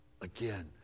Again